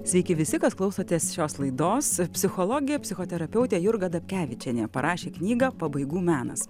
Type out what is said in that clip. sveiki visi kas klausotės šios laidos psichologė psichoterapeutė jurga dapkevičienė parašė knygą pabaigų menas